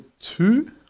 two